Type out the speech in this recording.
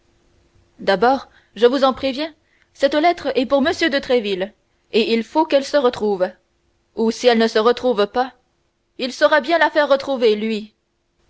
d'abord je vous en préviens cette lettre est pour m de tréville et il faut qu'elle se retrouve ou si elle ne se retrouve pas il saura bien la faire retrouver lui